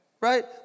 Right